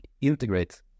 integrate